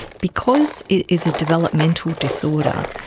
because it is a developmental disorder,